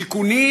שיכונים